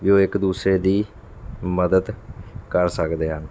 ਵੀ ਉਹ ਇੱਕ ਦੂਸਰੇ ਦੀ ਮਦਦ ਕਰ ਸਕਦੇ ਹਨ